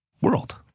world